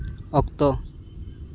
ᱚᱠᱛᱚ